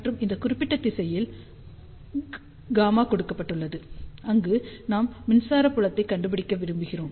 மற்றும் இந்த குறிப்பிட்ட திசையில் r கொடுக்கப்பட்டுள்ளது அங்கு நாம் மின்சார புலத்தைக் கண்டுபிடிக்க விரும்புகிறோம்